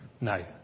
no